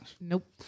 Nope